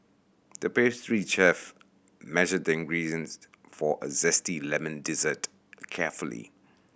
the pastry chef measured the ingredients for a zesty lemon dessert carefully